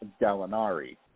Gallinari